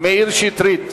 מאיר שטרית.